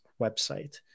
website